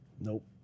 Nope